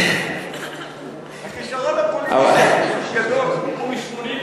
הכישרון הפוליטי שלו פשוט גדול.